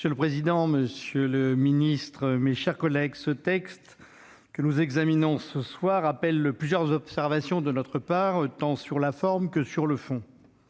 Monsieur le président, monsieur le ministre, mes chers collègues, le texte que nous examinons ce soir appelle plusieurs observations de notre part, tant sur la forme que sur le fond.